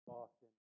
often